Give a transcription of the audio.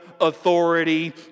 authority